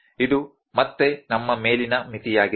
ಇದು ಮತ್ತೆ ನಮ್ಮ ಮೇಲಿನ ಮಿತಿಯಾಗಿದೆ